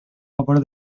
over